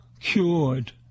cured